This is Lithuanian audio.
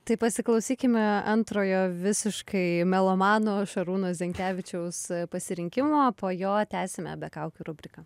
tai pasiklausykime antrojo visiškai melomano šarūno zenkevičiaus pasirinkimo o po jo tęsime be kaukių rubriką